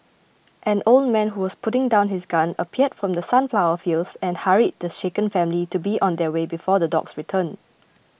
an old man who was putting down his gun appeared from the sunflower fields and hurried the shaken family to be on their way before the dogs return